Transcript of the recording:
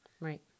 Right